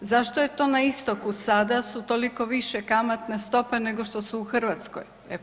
Zašto je to na istoku sada su toliko više kamatne stope nego što u Hrvatskoj?